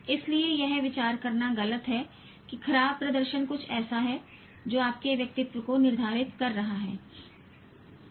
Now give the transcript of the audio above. इसलिए यह विचार करना गलत है कि खराब प्रदर्शन कुछ ऐसा है जो आपके व्यक्तित्व को निर्धारित कर रहा है